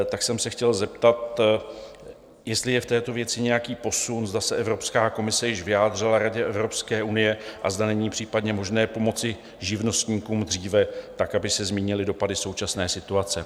Tak jsem se chtěl zeptat, jestli je v této věci nějaký posun, zda se Evropská komise již vyjádřila Radě Evropské unie a zda není případně možné pomoci živnostníkům dříve tak, aby se zmírnily dopady současné situace.